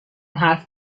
حرف